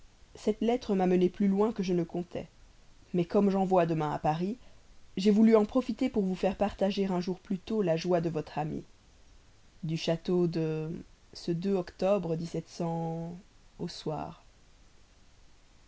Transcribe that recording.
cette lettre m'a mené plus loin que je ne comptais mais comme j'envoie demain matin à paris j'ai voulu en profiter pour vous faire partager un jour plus tôt la joie de votre ami du château de ce octobre au soir